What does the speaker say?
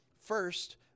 First